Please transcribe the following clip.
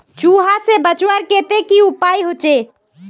चूहा से बचवार केते की उपाय होचे?